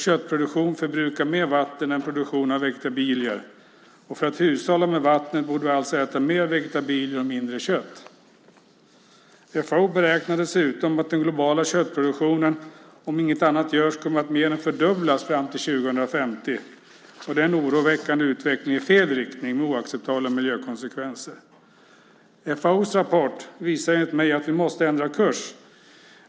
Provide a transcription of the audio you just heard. Köttproduktion förbrukar mer vatten än produktion av vegetabilier. För att hushålla med vattnet borde vi alltså äta mer vegetabilier och mindre kött. FAO beräknar dessutom att den globala köttproduktionen, om inget annat görs, kommer att mer än fördubblas fram till år 2050. Det är en oroväckande utveckling i fel riktning med oacceptabla miljökonsekvenser. FAO:s rapport visar enligt min mening att vi måste ändra kurs.